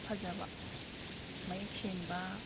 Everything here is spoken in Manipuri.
ꯐꯖꯕ ꯃꯌꯦꯛ ꯁꯦꯡꯕ